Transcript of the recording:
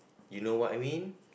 you know what I mean